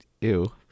Ew